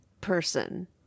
person